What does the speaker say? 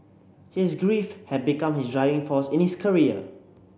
his grief had become his driving force in his career